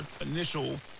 initial